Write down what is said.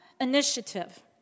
initiative